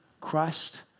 Christ